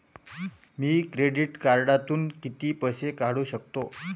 मी credit कार्डातून किती पैसे काढू शकतो?